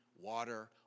water